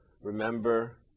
Remember